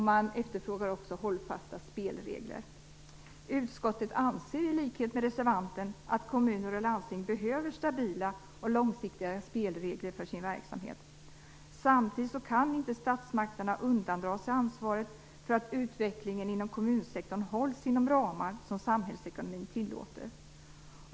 Man efterfrågar också hållfasta spelregler. Utskottet anser i likhet med reservanten att kommuner och landsting behöver stabila och långsiktiga spelregler för sin verksamhet. Samtidigt kan inte statsmakterna undandra sig ansvaret för att utvecklingen inom kommunsektorn hålls inom ramar som samhällsekonomin tillåter.